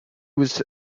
was